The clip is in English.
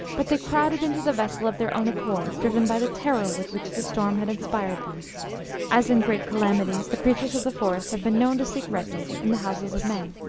but they crowded into the vessel of their own accord, driven by the terror with which the storm had inspired them as in great calamities the creatures of the forest have been known to seek refuge in the houses of men.